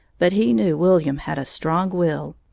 but he knew william had a strong will,